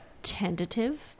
Tentative